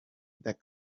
that